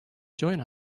join